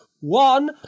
One